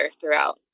throughout